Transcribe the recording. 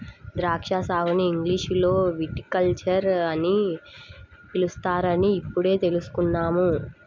ద్రాక్షా సాగుని ఇంగ్లీషులో విటికల్చర్ అని పిలుస్తారని ఇప్పుడే తెల్సుకున్నాను